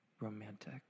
romantic